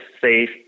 safe